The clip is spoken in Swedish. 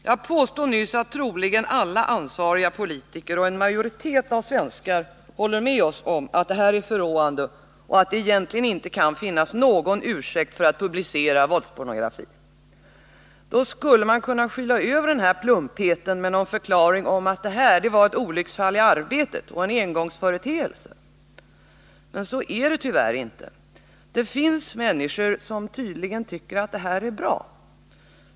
Jag påstod nyss att troligen alla ansvariga politiker och en majoritet av svenskar håller med om att det här är förråande och att det egentligen inte kan finnas någon ursäkt för att publicera våldspornografi. Då skulle man kunna skyla över den här plumpheten med någon förklaring om att det här var ett olycksfall i arbetet och en engångsföreteelse. Men så är det tyvärr inte. Det finns människor som tydligen tycker att det här är bra.